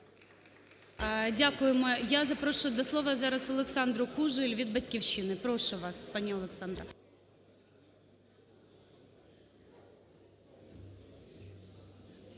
Дякуємо. Я запрошую до слова зараз Олександру Кужель від "Батьківщини". Прошу вас, пані Олександра.